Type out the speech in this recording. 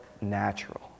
natural